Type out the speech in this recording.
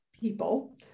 people